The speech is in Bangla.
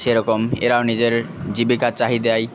সেরকম এরাও নিজের জীবিকার চাহিদাই